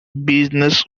business